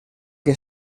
que